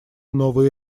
новые